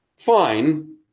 fine